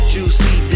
Juicy